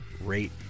rate